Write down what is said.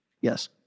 yes